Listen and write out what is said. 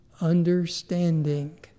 understanding